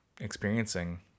experiencing